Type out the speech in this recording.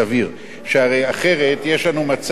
שהרי אחרת יש לנו מצב נוראי,